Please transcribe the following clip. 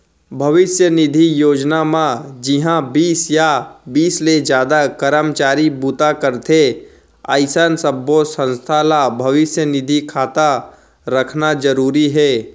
भविस्य निधि योजना म जिंहा बीस या बीस ले जादा करमचारी बूता करथे अइसन सब्बो संस्था ल भविस्य निधि खाता रखना जरूरी हे